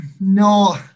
no